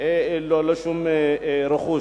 נשארים ללא שום רכוש.